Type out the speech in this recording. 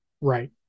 right